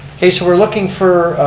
okay, so we're looking for,